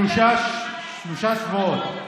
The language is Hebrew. שלושה שבועות.